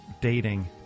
dating